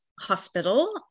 hospital